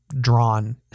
drawn